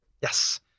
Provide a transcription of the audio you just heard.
Yes